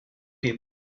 people